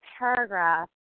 Paragraph